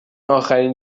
آخرین